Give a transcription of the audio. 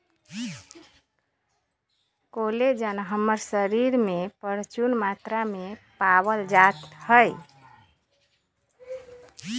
collagen हमर शरीर में परचून मात्रा में पावल जा हई